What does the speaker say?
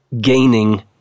gaining